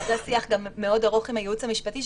אחרי שיח מאוד ארוך עם הייעוץ המשפטי,